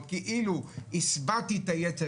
כזה השבעתי את היצר